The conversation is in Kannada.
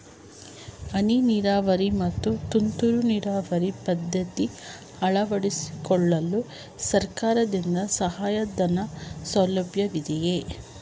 ಹನಿ ನೀರಾವರಿ ಮತ್ತು ತುಂತುರು ನೀರಾವರಿ ಪದ್ಧತಿ ಅಳವಡಿಸಿಕೊಳ್ಳಲು ಸರ್ಕಾರದಿಂದ ಸಹಾಯಧನದ ಸೌಲಭ್ಯವಿದೆಯೇ?